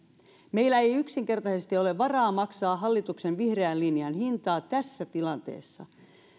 meillä ei yksinkertaisesti ole varaa maksaa hallituksen vihreän linjan hintaa tässä tilanteessa